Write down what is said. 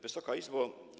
Wysoka Izbo!